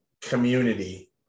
community